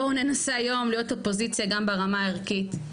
בואו ננסה היום להיות אופוזיציה גם ברמה הערכית.